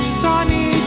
sunny